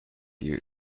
you